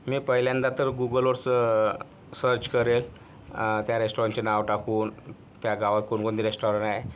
मी पहिल्यांदा तर गुगलवर स सर्च करेन त्या रेस्टॉरंटचे नाव टाकून त्या गावात कोणकोणते रेस्टॉरंट आहे